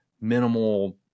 minimal